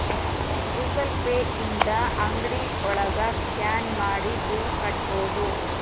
Google Pay ಇಂದ ಅಂಗ್ಡಿ ಒಳಗ ಸ್ಕ್ಯಾನ್ ಮಾಡಿ ಬಿಲ್ ಕಟ್ಬೋದು